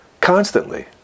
constantly